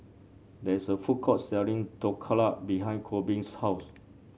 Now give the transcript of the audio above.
there is a food court selling Dhokla behind Korbin's house